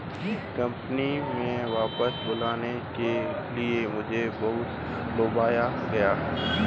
company में वापस बुलाने के लिए मुझे बहुत लुभाया गया